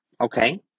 Okay